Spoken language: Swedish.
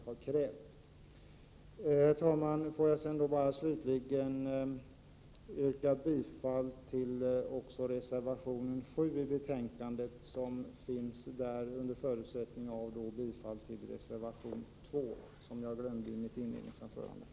Herr talman! Låt mig slutligen också yrka bifall till reservation 7 vid betänkandet under förutsättning av bifall till reservation 2, som jag glömde att beröra i mitt inledningsanförande.